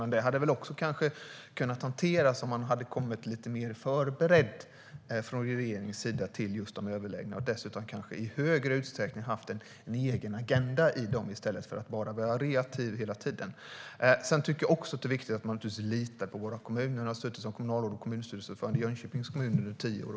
Men det hade kanske kunnat hanteras om man kommit lite mer förberedd från regeringens sida till just de överläggningarna och dessutom kanske i högre utsträckning haft en egen agenda i stället för att bara vara reaktiv hela tiden. Det är naturligtvis viktigt att man litar på våra kommuner. Jag har suttit som kommunalråd och kommunstyrelseordförande i Jönköpings kommun under tio år.